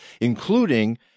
including